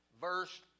verse